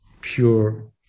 pure